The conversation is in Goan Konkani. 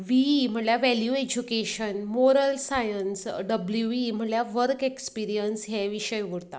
वीई म्हणल्यार value education moral science WE म्हणल्यार वर्क एक्सप्रियन्स हे विशय उरतात